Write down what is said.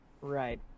Right